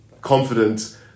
confident